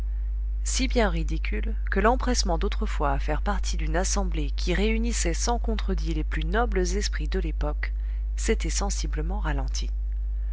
si bien ridicule que l'empressement d'autrefois à faire partie d'une assemblée qui réunissait sans contredit les plus nobles esprits de l'époque s'était sensiblement ralenti